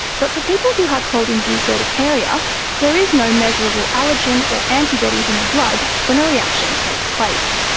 but for people who have cold induced urticaria there is no measurable allergen or antibodies in the blood when a reaction takes place.